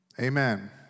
Amen